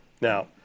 Now